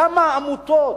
למה העמותות,